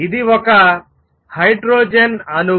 ఇది ఒక హైడ్రోజన్ అణువు